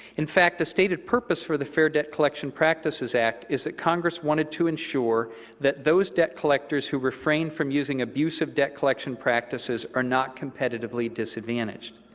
in fact, a stated purpose for the fair debt collection practices act is that congress wanted to ensure that those debt collectors who refrain from using abusive debt collection practices are not competitively disadvantaged.